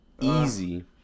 easy